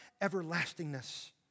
everlastingness